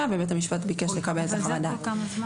ובית המשפט ביקש לקבל את חוות הדעת.